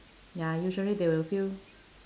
ya usually they will feel